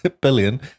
Billion